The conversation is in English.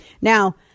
Now